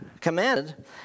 commanded